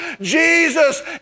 Jesus